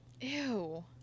Ew